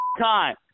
time